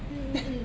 mm mm mm